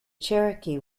cherokee